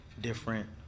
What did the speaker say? different